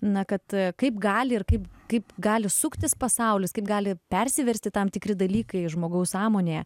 na kad kaip gali ir kaip kaip gali suktis pasaulis kaip gali persiversti tam tikri dalykai žmogaus sąmonėje